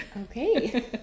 Okay